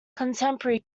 contemporary